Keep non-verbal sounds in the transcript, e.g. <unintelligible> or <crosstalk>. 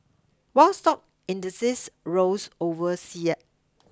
while stock indexes rose over <unintelligible>